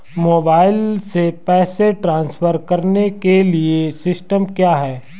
Mobile से पैसे transfer करने के लिए सिस्टम क्या है?